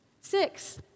Six